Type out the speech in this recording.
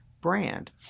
brand